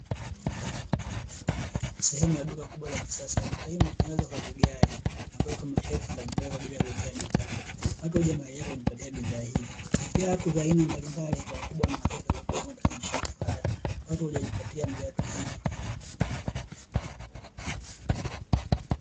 Sehemu ya duka kubwa la kisasa. Duka hili limetengenezwa kwa vigae na kuwekwa mashelfu mbalimbali kwa ajili ya kuwekea bidhaa. Watu huja mahali hapa kujipatia bidhaa hii. Viatu vya aina mbalimbali vya wakubwa na watoto vilivyopo katika mashelfu haya, watu huja kujipatia viatu hivi.